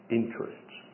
interests